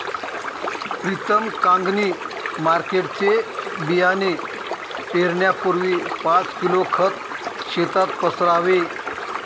प्रीतम कांगणी मार्केटचे बियाणे पेरण्यापूर्वी पाच किलो खत शेतात पसरावे